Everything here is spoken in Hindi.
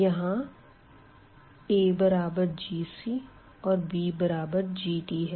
यहाँ a बराबर g और b बराबर g है